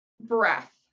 breath